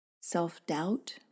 self-doubt